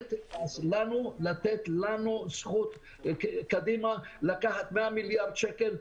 לתת לנו זכות קדימה לקחת 100 מיליארד שקל,